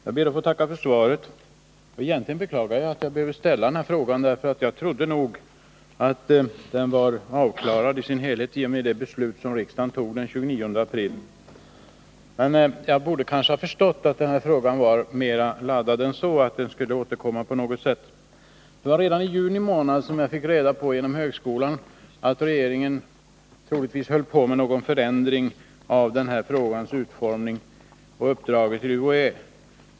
Herr talman! Jag ber att få tacka för svaret. Egentligen beklagar jag att jag behövde ställa den här frågan, för jag trodde att saken var avklarad i sin helhet i och med det beslut som riksdagen fattade den 29 april. Men jag borde kanske ha förstått att denna fråga var mera laddad än så och att den skulle återkomma på något sätt. Det var redan i juni som jag fick reda på genom högskolan att regeringen troligtvis höll på med någon förändring av bestämmelsernas utformning och uppdraget till UHÄ.